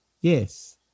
Yes